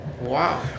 Wow